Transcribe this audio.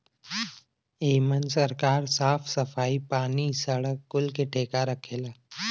एमन सरकार साफ सफाई, पानी, सड़क कुल के ठेका रखेला